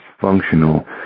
functional